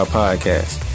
podcast